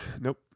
Nope